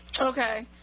Okay